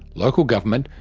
local government,